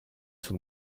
sul